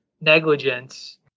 negligence